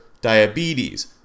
diabetes